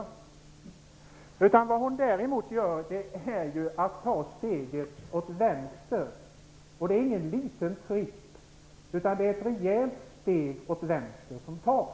Vad Harriet Colliander däremot gör är att hon tar ett steg åt vänster. Och det är ingen liten tur hon gör, utan det är ett rejält steg åt vänster hon tar.